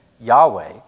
Yahweh